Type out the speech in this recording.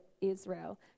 Israel